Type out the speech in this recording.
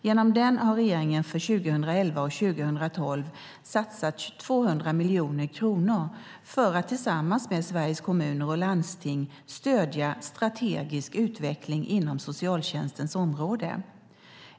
Genom den har regeringen för 2011 och 2012 satsat 200 miljoner kronor för att tillsammans med Sveriges Kommuner och Landsting stödja strategisk utveckling inom socialtjänstens område.